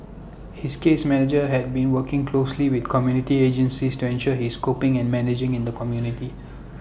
his case manager had been working closely with community agencies to ensure he is coping and managing in the community